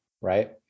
right